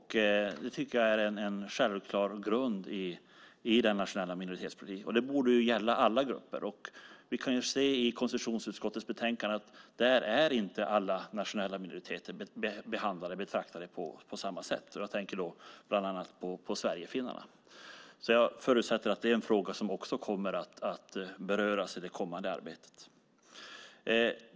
Det tycker jag är en självklar grund i den nationella minoritetspolitiken. Det borde gälla alla grupper. Vi kan se i konstitutionsutskottets betänkande att inte alla nationella minoriteter är behandlade på samma sätt där. Jag tänker då bland annat på sverigefinnarna. Jag förutsätter att det är en fråga som också kommer att beröras i det kommande arbetet.